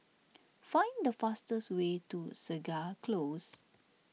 find the fastest way to Segar Close